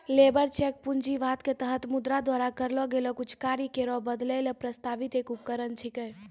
labour check पूंजीवाद क तहत मुद्रा द्वारा करलो गेलो कुछ कार्य केरो बदलै ल प्रस्तावित एक उपकरण छिकै